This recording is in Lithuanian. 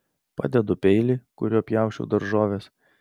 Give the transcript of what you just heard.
padedu peilį kuriuo pjausčiau daržoves